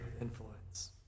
influence